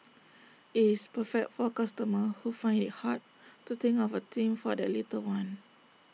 IT is perfect for customers who find IT hard to think of A theme for their little one